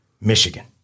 Michigan